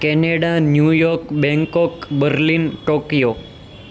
Canada New York Bangkok Berlin Tokyo